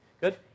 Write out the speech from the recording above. Good